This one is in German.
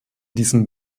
diesen